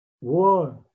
war